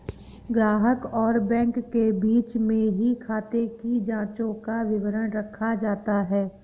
ग्राहक और बैंक के बीच में ही खाते की जांचों का विवरण रखा जाता है